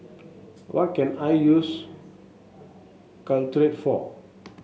what can I use Caltrate for